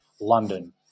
London